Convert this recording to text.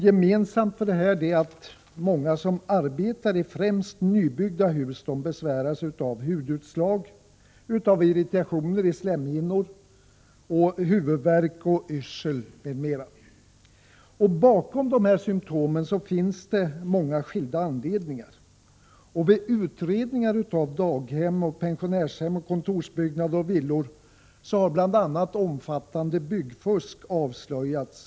Gemensamt för dessa är att många som vistas i främst nybyggda hus besväras av hudutslag, irritationer på slemhinnor, huvudvärk, yrsel, m.m. Orsakerna till dessa symtom är många. Vid utredningar som har gjorts när det gäller daghem, pensionärshem, kontorsbyggnader och villor har omfattande byggfusk avslöjats.